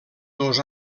dos